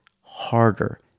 harder